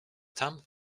tam